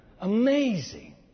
Amazing